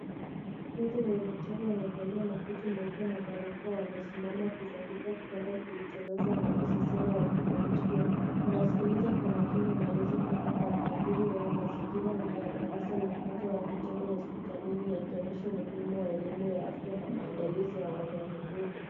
Wanafunzi wa udaktari wamevalia makoti meupe na barakoa, wamesimama kuzuguka kitanda kilicholazwa mwanasesere wa kufundishia. Wanasikiliza kwa makini maelezo kutoka kwa mhadhiri wao. Mazingira ni ya darasa la funzo ya vitendo ya hospitalini, yakionyesha umuhimu wa elimu ya afya na maandalizi ya watu wa huduma.